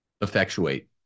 effectuate